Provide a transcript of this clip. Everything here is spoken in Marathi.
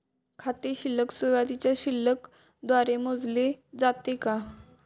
खाते शिल्लक सुरुवातीच्या शिल्लक द्वारे मोजले जाते का?